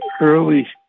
early